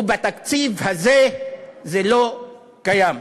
ובתקציב הזה זה לא קיים.